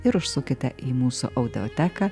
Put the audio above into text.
ir užsukite į mūsų audioteką